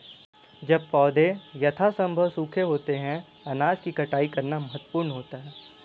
जब पौधे यथासंभव सूखे होते हैं अनाज की कटाई करना महत्वपूर्ण होता है